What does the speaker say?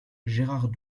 gérard